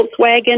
Volkswagen